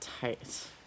Tight